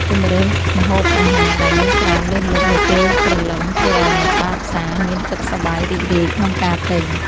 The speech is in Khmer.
ជម្រើសម្ហូបអាហារដែលមានច្រើនលើសលប់នាពេលព្រលឹមធ្វើឱ្យអ្នកដើរផ្សារមានចិត្តសប្បាយរីករាយក្នុងការទិញ។